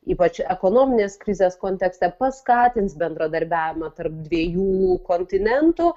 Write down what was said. ypač ekonominės krizės kontekste paskatins bendradarbiavimą tarp dviejų kontinentų